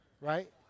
Right